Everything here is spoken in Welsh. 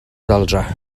daldra